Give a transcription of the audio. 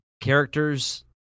characters